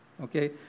Okay